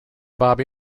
bobby